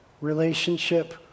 relationship